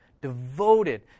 devoted